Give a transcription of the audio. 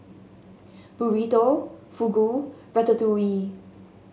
Burrito Fugu Ratatouille